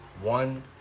One